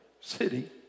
city